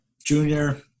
Junior